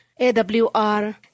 AWR